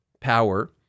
power